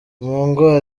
mpongo